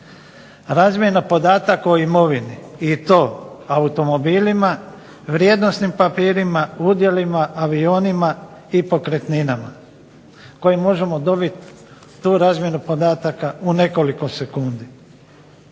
razmjena podataka o imovini i to automobilima, vrijednosnim papirima, udjelima, avionima i pokretninama koje možemo dobit, tu razmjenu podataka u nekoliko sekundi.